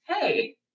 hey